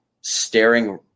staring